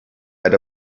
had